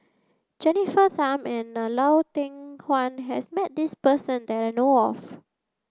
Jennifer Tham and Lau Teng Chuan has met this person that I know of